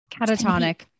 Catatonic